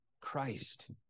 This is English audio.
Christ